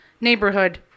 neighborhood